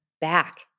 back